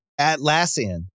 Atlassian